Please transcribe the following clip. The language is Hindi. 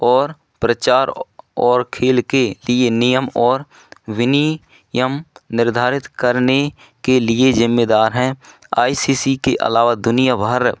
और प्रचार और खेल के लिए नियम और विनीयम निर्धारित करने के लिए जिम्मेदार है आई सी सी के अलावा दुनियाभर